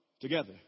together